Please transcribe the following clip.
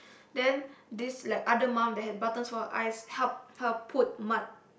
then this like other mum that had buttons for her eyes help her put mud